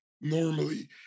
normally